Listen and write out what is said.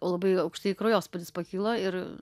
labai aukštai kraujospūdis pakilo ir